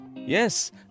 Yes